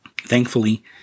Thankfully